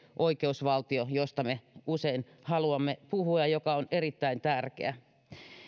oikeusvaltio josta me usein haluamme puhua ja joka on erittäin tärkeä